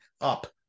up